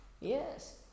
Yes